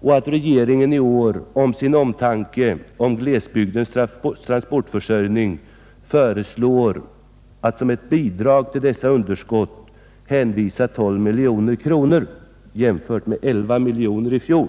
och att regeringen i år i sin omtanke om glesbygdens transportförsörjning som ett bidrag till täckning av dessa underskott föreslår 12 miljoner kronor, jämfört med 11 miljoner kronor i fjol.